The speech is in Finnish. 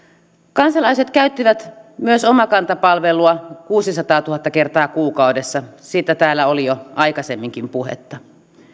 kansalaiset käyttivät myös omakanta palvelua kuusisataatuhatta kertaa kuukaudessa siitä täällä oli jo aikaisemminkin puhetta